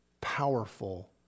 powerful